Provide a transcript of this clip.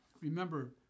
Remember